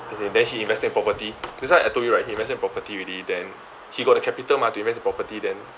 as in then he invested property that's why I told you right he invested in property already then he got the capital mah to invest the property then